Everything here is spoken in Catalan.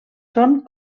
són